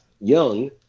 Young